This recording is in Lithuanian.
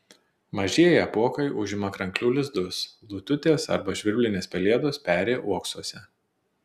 mažieji apuokai užima kranklių lizdus lututės arba žvirblinės pelėdos peri uoksuose